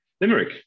limerick